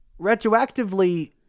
retroactively